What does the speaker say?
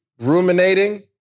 Ruminating